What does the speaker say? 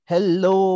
Hello